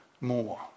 more